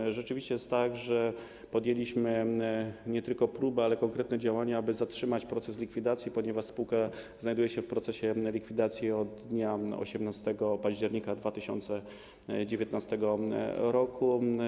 I rzeczywiście jest tak, że podjęliśmy nie tylko próbę, ale konkretne działania, aby zatrzymać proces likwidacji, ponieważ spółka znajduje się w procesie likwidacji od dnia 18 października 2019 r.